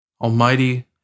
Almighty